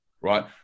right